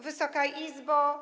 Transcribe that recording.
Wysoka Izbo!